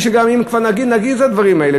אם כבר נגיד, נגיד את הדברים האלה.